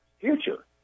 future